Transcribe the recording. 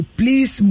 please